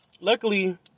Luckily